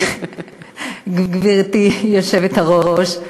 גברתי היושבת-ראש,